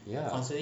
ya